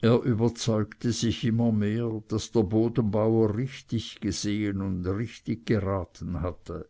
er überzeugte sich immer mehr daß der bodenbauer richtig gesehen und richtig geraten hatte